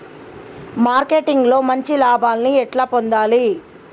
Marketing లో మంచి లాభాల్ని ఎట్లా పొందాలి?